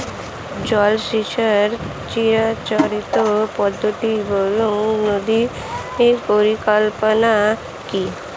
জল সেচের চিরাচরিত পদ্ধতি বহু নদী পরিকল্পনা কি?